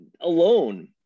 alone